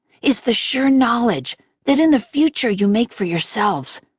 is the sure knowledge that, in the future you make for yourselves,